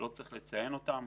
לא צריך לציין אותן,